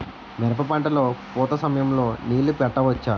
మిరప పంట లొ పూత సమయం లొ నీళ్ళు పెట్టవచ్చా?